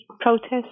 protests